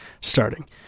starting